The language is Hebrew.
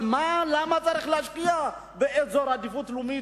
אבל למה צריך להשקיע באזור עדיפות לאומית